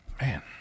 man